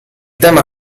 tema